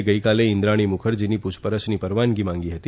એ ગઇકાલે ઇન્દ્રાણી મુખર્જીની પૂછપરછની પરવાનગી માગી હતી